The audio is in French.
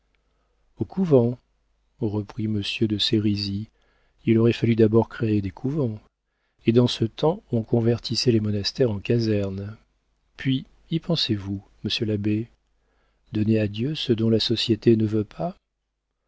au couvent reprit monsieur de sérizy il aurait fallu d'abord créer des couvents et dans ce temps on convertissait les monastères en casernes puis y pensez-vous monsieur l'abbé donner à dieu ce dont la société ne veut pas